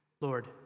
Lord